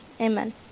Amen